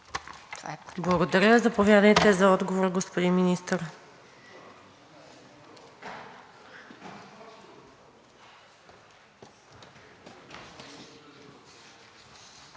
Благодаря. Заповядайте за отговор, господин Министър.